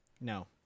No